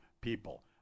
people